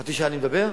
חצי שעה אני מדבר?